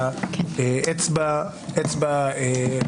בנוגע לאצבע בהדחה,